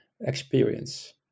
experience